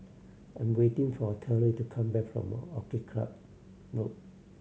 I am waiting for Terell to come back from Orchid Club Road